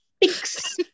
pigs